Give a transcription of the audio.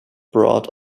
brought